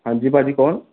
ਹਾਂਜੀ ਭਾਅ ਜੀ ਕੌਣ